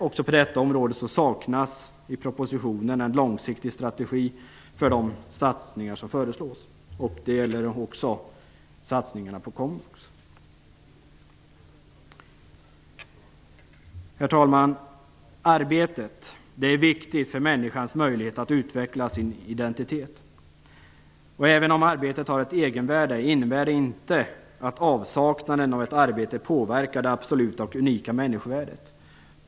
Också på detta område saknas i propositionen en långsiktig strategi för de satsningar som föreslås. Det gäller också satsningarna på komvux. Herr talman! Arbetet är viktigt för människans möjlighet att utveckla sin identitet. Även om arbetet har ett egenvärde innebär det inte att avsaknaden av ett arbete påverkar det absoluta och unika människovärdet.